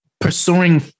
pursuing